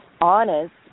honest